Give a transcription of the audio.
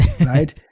right